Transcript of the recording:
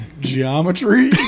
Geometry